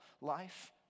life